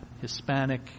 Hispanic